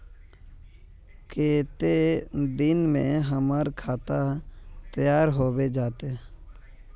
केते दिन में हमर खाता तैयार होबे जते?